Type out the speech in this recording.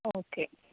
okay